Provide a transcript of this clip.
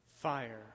fire